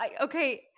okay